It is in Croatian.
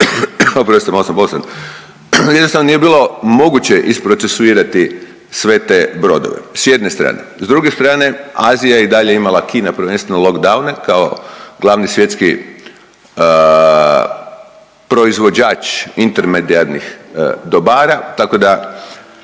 se ne razumije./… jednostavno nije bilo moguće isprocesuirati sve te brodove s jedne strane. S druge strane Azija je i dalje imala, Kina prvenstveno lockdowne kao glavni svjetski proizvođač intermedijarnih dobara tako da